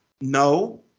No